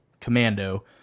commando